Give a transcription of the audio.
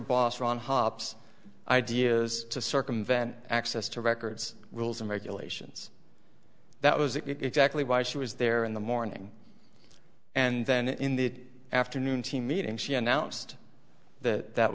boss ron hops ideas to circumvent access to records rules and regulations that was it exactly why she was there in the morning and then in the afternoon team meeting she announced that that